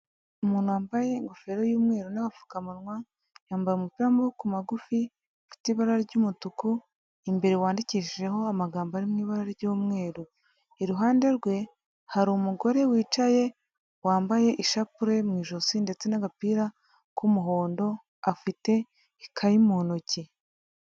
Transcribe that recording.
Umuntu wambaye ingofero y'umweru n'gapfukamunwa yambaye umupira w'amaboko magufi afite ibara ry'umutuku imbere wanditseho amagambo ari mu ibara ry'umweru. Iruhande rwe hari umugore wicaye wambaye ishapule mu ijosi ndetse n'agapira k'umuhondo afite ikayi mu ntoki.